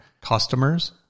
customers